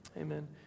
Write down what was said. Amen